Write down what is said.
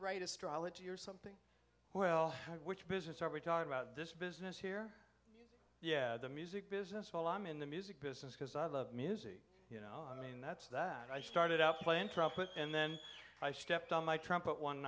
right astrology or something well which business are we talking about this business here yeah the music business while i'm in the music business because i love music you know i mean that's that i started out playing trumpet and then i stepped on my trumpet one